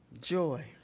Joy